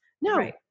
No